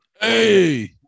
hey